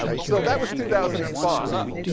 so that was two thousand and five.